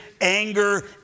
anger